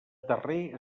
terrer